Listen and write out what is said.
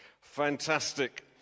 Fantastic